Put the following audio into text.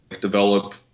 develop